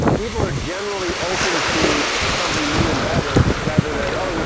people are generally open to something new and better, rather than oh,